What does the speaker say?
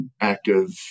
active